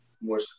more –